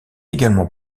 également